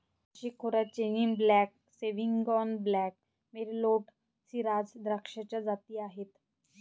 नाशिक खोऱ्यात chenin blanc, sauvignon blanc, merlot, shiraz द्राक्षाच्या जाती आहेत